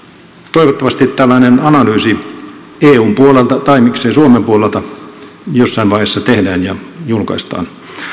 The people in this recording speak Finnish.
toivottavasti tällainen analyysi eun puolelta tai miksei suomen puolelta jossain vaiheessa tehdään ja julkaistaan